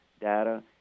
data